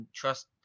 trust